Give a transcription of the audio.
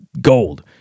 gold